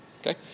Okay